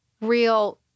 real